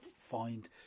find